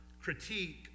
critique